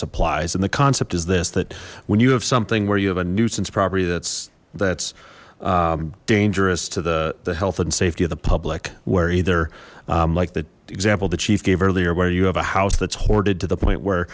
applies and the concept is this that when you have something where you have a nuisance property that's that's dangerous to the the health and safety of the public we're either like the example the chief gave earlier where you have a house that's hoarded to the point where